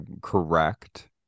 correct